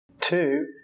Two